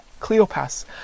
Cleopas